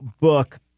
book